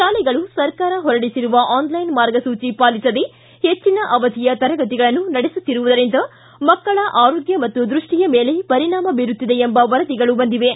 ಶಾಲೆಗಳು ಸರ್ಕಾರ ಹೊರಡಿಸಿರುವ ಆನ್ಲೈನ್ ಮಾರ್ಗಸೂಚಿ ಪಾಲಿಸದೆ ಹೆಚ್ಚನ ಅವಧಿ ತರಗತಿಗಳನ್ನು ನಡೆಸುತ್ತಿರುವುದರಿಂದ ಮಕ್ಕಳ ಆರೋಗ್ಯ ಮತ್ತು ದೃಷ್ಟಿಯ ಮೇಲೆ ಪರಿಣಾಮ ಬೀರುತ್ತಿದೆ ಎಂಬ ವರದಿಗಳು ಬಂದಿವೆ